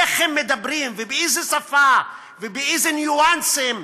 איך הם מדברים, באיזו שפה ובאילו ניואנסים.